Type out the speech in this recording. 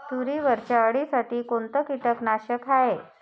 तुरीवरच्या अळीसाठी कोनतं कीटकनाशक हाये?